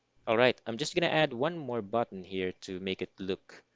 alright, i'm just gonna add one more button here to make it look